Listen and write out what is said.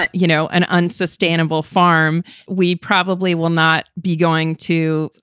and you know, an unsustainable farm. we probably will not be going to,